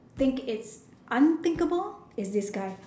think it's unthinkable is this guy